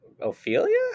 Ophelia